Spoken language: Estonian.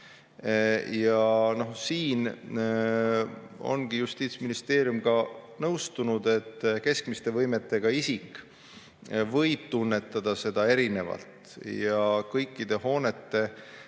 Siin on Justiitsministeerium nõustunud, et keskmiste võimetega isik võib tunnetada seda erinevalt ja seetõttu